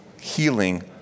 healing